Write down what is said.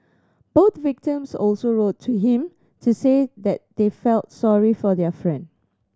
both victims also wrote to him to say that they felt sorry for their friend